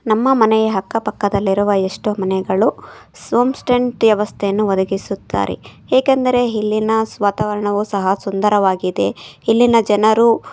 ನಮ್ಮ ಮನೆಯ ಅಕ್ಕಪಕ್ಕದಲ್ಲಿರುವ ಎಷ್ಟೋ ಮನೆಗಳು ಸೋಮ್ ಸ್ಟೆಂಟ್ ವ್ಯವಸ್ಥೆಯನ್ನು ಒದಗಿಸುತ್ತಾರೆ ಏಕೆಂದರೆ ಇಲ್ಲಿನ ಸ್ ವಾತಾವರಣವು ಸಹ ಸುಂದರವಾಗಿದೆ ಇಲ್ಲಿನ ಜನರು